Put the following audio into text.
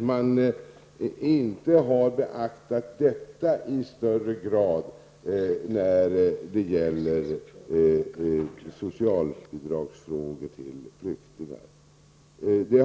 man inte har beaktat arbetslinjen i högre grad när det gäller socialbidrag till flyktingar.